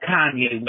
Kanye